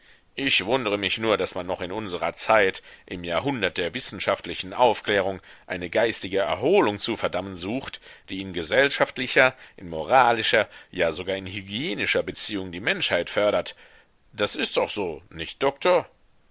ich wundre mich nur daß man noch in unsrer zeit im jahrhundert der wissenschaftlichen aufklärung eine geistige erholung zu verdammen sucht die in gesellschaftlicher in moralischer ja sogar in hygienischer beziehung die menschheit fördert das ist doch so nicht doktor